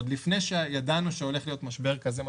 עוד לפני שידענו שהולך להיות משבר כזה משמעותי.